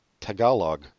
Tagalog